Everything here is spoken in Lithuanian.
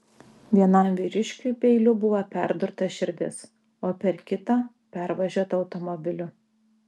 vienam vyriškiui peiliu buvo perdurta širdis o per kitą pervažiuota automobiliu